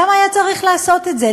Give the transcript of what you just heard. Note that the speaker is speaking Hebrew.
למה היה צריך לעשות את זה?